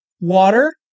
water